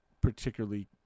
particularly